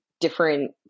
different